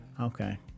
Okay